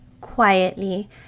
quietly